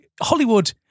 Hollywood